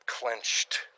clenched